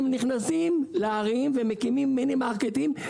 הם נכנסים לערים ומקימים מינימרקטים,